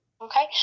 Okay